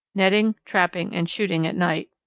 netting, trapping, and shooting at night.